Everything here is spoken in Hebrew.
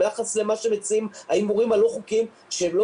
ביחס למה שמציעים ההימורים הלא חוקיים שהם לא